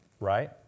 right